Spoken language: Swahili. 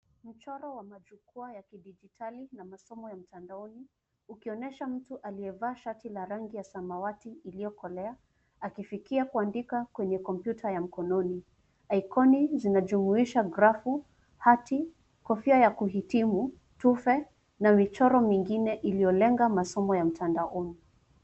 Mchoro wa majukwaa ya kidigitali, na masomo ya mtandaoni, ukionyesha mtu aliyevaa la rangi ya samawati iliyokolea, akifikia kuandika, kwenye kompyuta ya mkononi. Ikoni, zinajumuisha grafu, hati, kofia ya kuhitimu, tufe na vichoro mingine, iliyolenga masomo ya mtandaoni.